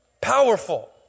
Powerful